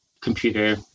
computer